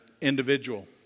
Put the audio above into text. individual